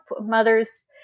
mothers